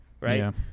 right